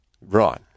right